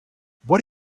what